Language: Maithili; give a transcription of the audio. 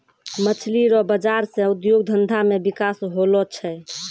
मछली रो बाजार से उद्योग धंधा मे बिकास होलो छै